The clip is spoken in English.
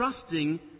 trusting